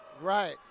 Right